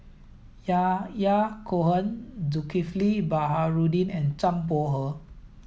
Yahya Cohen Zulkifli Baharudin and Zhang Bohe